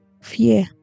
Fear